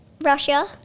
Russia